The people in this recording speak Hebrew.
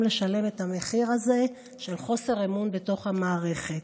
לשלם את המחיר הזה של חוסר אמון בתוך המערכת.